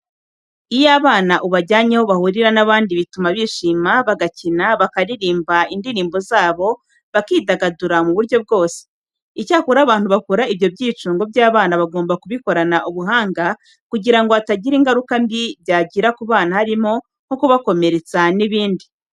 Iyo abana ubajyanye aho bahurira n'abandi bituma bishima, bagakina, bakaririmba indirimbo zabo, bakidagadura mu buryo bwose. Icyakora abantu bakora ibyo byicungo by'abana bagomba kubikorana ubuhanga kugira ngo hatagira ingaruka mbi byagira ku bana harimo nko kubakomeretsa n'ibindi.